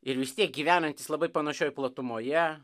ir vis tiek gyvenantys labai panašioje platumoje